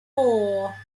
four